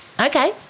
okay